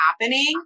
happening